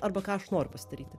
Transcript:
arba ką aš noriu pasidaryti